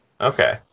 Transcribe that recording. Okay